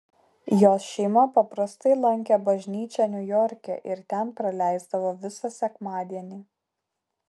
jos šeima paprastai lankė bažnyčią niujorke ir ten praleisdavo visą sekmadienį